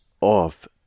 off